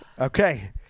Okay